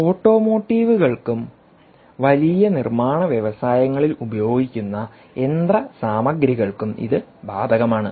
ഓട്ടോമോട്ടീവുകൾക്കും വലിയ നിർമ്മാണ വ്യവസായങ്ങളിൽ ഉപയോഗിക്കുന്ന യന്ത്രസാമഗ്രികൾക്കും ഇത് ബാധകമാണ്